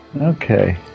Okay